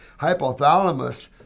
hypothalamus